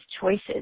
choices